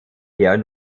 her